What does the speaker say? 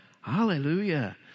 Hallelujah